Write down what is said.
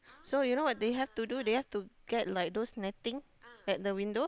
so you know what they have to do they have to get like those netting at the window